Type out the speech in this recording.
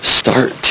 start